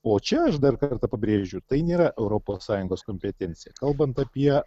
o čia aš dar kartą pabrėžiu tai nėra europos sąjungos kompetencija kalbant apie